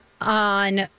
on